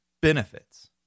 benefits